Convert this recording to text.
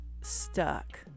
stuck